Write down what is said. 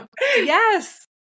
Yes